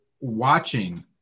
watching